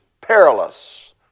perilous